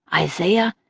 isaiah.